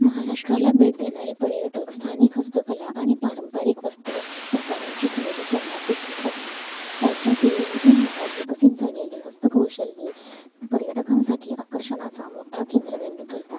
महाराष्ट्राला भेट देणारे पर्यटक स्थानिक हस्तकला आणि पारंपरिक वस्त्रप्रकारांची खरेदी करण्यास उत्सुक असतात राज्यातील विविध भागात विकसित झालेली हस्तकौशल्ये पर्यटकांसाठी आकर्षणाचा मोठा केंद्रबिंदू ठरतात